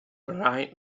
bright